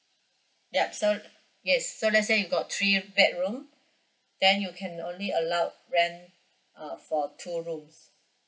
yup so yes so let's say you got three bedroom then you can only allowed rent uh for two rooms